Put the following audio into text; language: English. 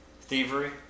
thievery